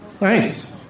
Nice